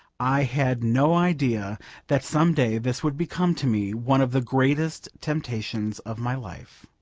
i had no idea that some day this would become to me one of the greatest temptations of my life.